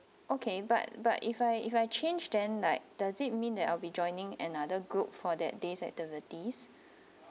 okay but but if I if I change then like does it mean that I'll be joining another group for that day's activities